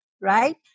Right